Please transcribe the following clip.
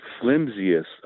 flimsiest